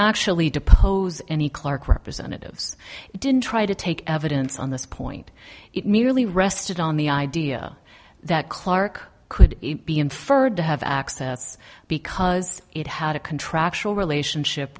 actually depose any clark representatives didn't try to take evidence on this point it merely rested on the idea that clark could be inferred to have access because it had a contractual relationship